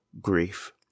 grief